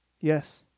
Yes